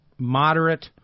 Moderate